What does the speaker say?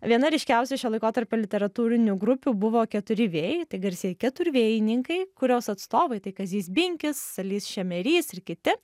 viena ryškiausių šio laikotarpio literatūrinių grupių buvo keturi vėjai tai garsieji keturvėjininkai kurios atstovai tai kazys binkis salys šemerys ir kiti